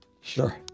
Sure